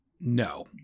No